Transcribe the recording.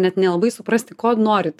net nelabai suprasti ko norit